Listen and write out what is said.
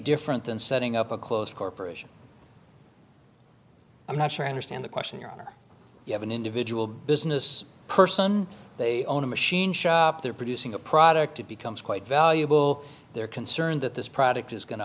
different than setting up a closed corporation i'm not sure i understand the question here you have an individual business person they own a machine shop they're producing a product it becomes quite valuable they're concerned that this product is going to